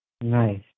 Nice